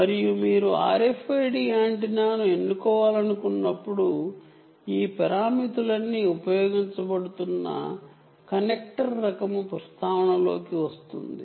మరియు మీరు RFID యాంటెన్నాను ఎన్నుకోవాలనుకున్నప్పుడు ఉపయోగించబడుతున్న కనెక్టర్ రకము ఈ పారామితులన్నీ ప్రస్తావనలో కి వస్తాయి